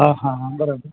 હા હા હા બરાબર